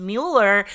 Mueller